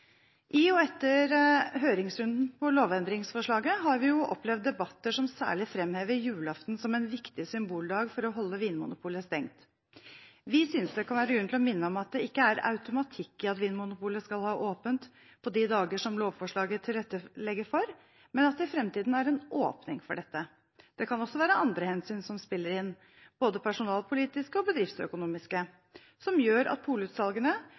I og etter høringsrunden på lovendringsforslaget, har vi opplevd debatter som særlig framhever julaften som en viktig symboldag for å holde vinmonopolet stengt. Vi synes det kan være grunn til å minne om at det ikke er automatikk i at Vinmonopolet skal ha åpent på de dager som lovforslaget tilrettelegger for, men at det i framtiden er en åpning for dette. Det kan også være andre hensyn som spiller inn, både personalpolitiske og bedriftsøkonomiske, som gjør at polutsalgene